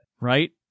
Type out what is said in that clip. Right